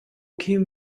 kämen